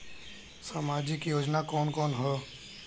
सामाजिक योजना कवन कवन ह?